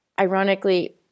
ironically